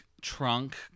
Trunk